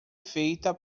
feita